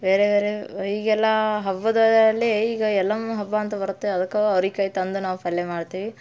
ಬೇರೆ ಬೇರೆ ಈಗೆಲ್ಲ ಹಬ್ಬದಲ್ಲಿ ಈಗ ಯಲ್ಲಮ್ಮ ಹಬ್ಬ ಅಂತ ಬರುತ್ತೆ ಅದಕ್ಕೂ ಅವ್ರೆಕಾಯ್ ತಂದು ನಾವು ಪಲ್ಯ ಮಾಡ್ತೀವಿ